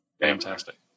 Fantastic